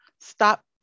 stop